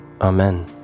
Amen